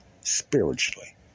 spiritually